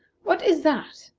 what is that?